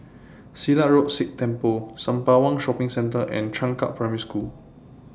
Silat Road Sikh Temple Sembawang Shopping Centre and Changkat Primary School